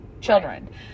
children